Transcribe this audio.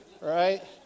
right